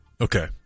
Okay